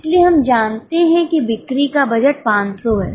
इसलिए हम जानते हैं कि बिक्री का बजट 500 है